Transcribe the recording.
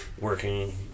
working